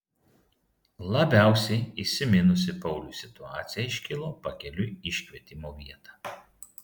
labiausiai įsiminusi pauliui situacija iškilo pakeliui į iškvietimo vietą